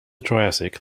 triassic